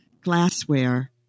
glassware